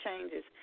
changes